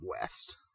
west